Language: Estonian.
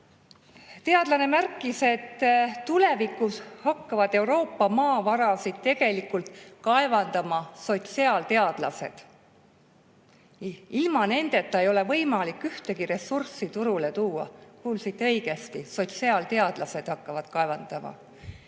Teadlane märkis, et tulevikus hakkavad Euroopa maavarasid tegelikult kaevandama sotsiaalteadlased, ilma nendeta ei ole võimalik ühtegi ressurssi turule tuua. Kuulsite õigesti: sotsiaalteadlased hakkavad kaevandama.